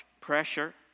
pressure